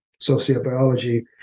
sociobiology